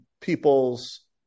people's